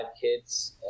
kids